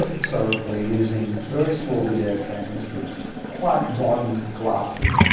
so we are using very small video cameras with quite modern glasses.